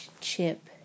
chip